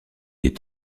est